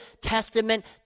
Testament